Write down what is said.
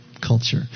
culture